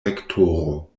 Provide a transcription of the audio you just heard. rektoro